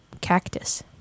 cactus